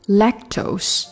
lactose